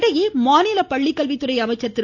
இதனிடையே மாநில பள்ளிக்கல்வித்துறை அமைச்சா் திரு